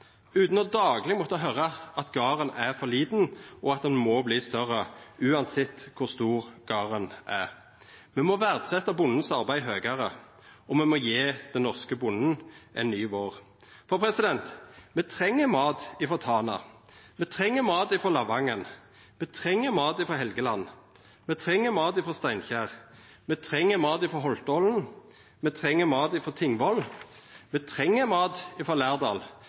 utan dagleg å måtta høyra at garden er for liten, og at han må verta større uansett kor stor garden er. Me må verdsetja bondens arbeid høgare, og me må gje den norske bonden ein ny vår, for me treng mat frå Tana. Me treng mat frå Lavangen. Me treng mat frå Helgeland. Me treng mat frå Steinkjer. Me treng mat frå Holtålen. Me treng mat frå Tingvoll. Me treng mat frå Lærdal.